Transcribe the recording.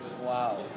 Wow